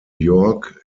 york